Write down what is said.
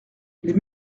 les